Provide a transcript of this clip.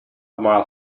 mile